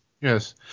yes